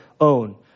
own